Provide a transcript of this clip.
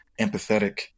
empathetic